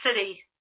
city